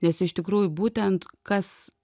nes iš tikrųjų būtent kas